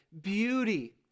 beauty